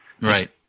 Right